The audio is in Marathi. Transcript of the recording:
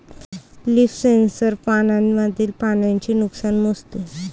लीफ सेन्सर पानांमधील पाण्याचे नुकसान मोजते